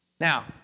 Now